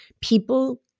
people